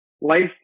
life